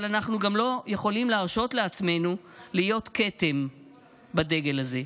אבל אנחנו גם לא יכולים להרשות לעצמנו להיות כתם בדגל הזה.